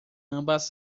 ambas